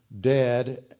dead